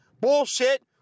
bullshit